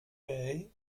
bay